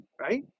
right